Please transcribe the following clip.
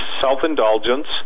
self-indulgence